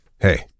Hey